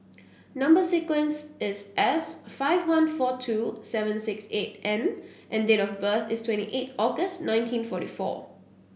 number sequence is S five one four two seven six eight N and date of birth is twenty eight August nineteen forty four